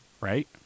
right